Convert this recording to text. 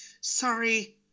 Sorry